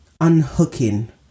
unhooking